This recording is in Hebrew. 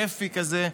כיפי כזה,